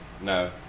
No